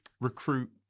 recruit